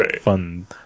fun